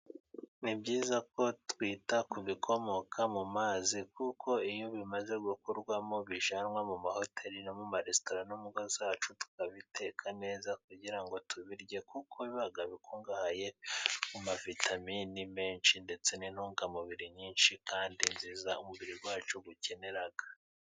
Ni byiza ko twita ku bikomoka mu mazi，kuko iyo bimaze gukurwamo， bijyanwa mu mahoteri，no mu maresitora，no mu ngo zacu tukabiteka neza， kugira ngo tubirye， kuko biba bikungahaye mu ma vitamini menshi，ndetse n'intungamubiri nyinshi kandi nziza，umubiri wacu ukenera.